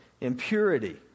impurity